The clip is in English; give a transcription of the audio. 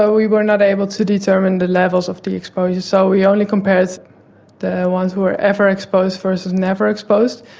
so we were not able to determine the levels of the exposure, so we only compared the ones who were ever exposed versus never exposed.